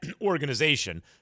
organization